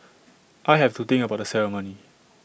I have to think about the ceremony